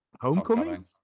Homecoming